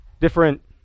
different